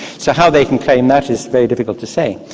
so how they can claim that is very difficult to say.